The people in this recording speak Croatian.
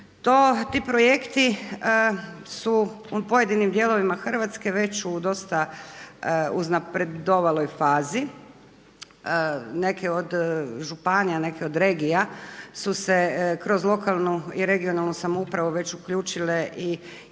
Ti projekti su u pojedinim dijelovima Hrvatske već u dosta uznapredovaloj fazi. Neke od županija, neke od regija su se kroz lokalnu i regionalnu samoupravu već uključile i